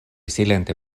silente